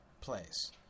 place